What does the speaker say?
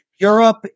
Europe